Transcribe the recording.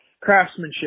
craftsmanship